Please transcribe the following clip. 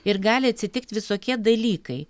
ir gali atsitikt visokie dalykai